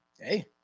hey